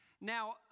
now